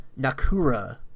Nakura